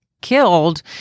killed